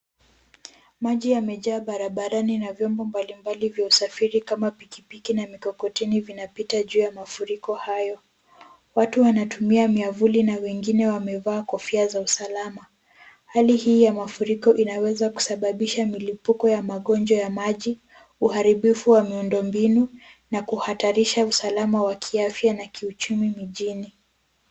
Maji yamejaa barabara na vyombo mbalimbali vya usafiri kama pikipiki na mikokoteni vinapita juu ya mafuriko hayo. Watu wanatumia miavuli na wengine wamevaa kofia za usalama. Hali hii ya mafuriko inaweza kusababisha milipuko ya magonjwa ya maji, uharibifu wa miundo mbinu na kuhatarisha usalama wa kiafya na kiuchumi mjini.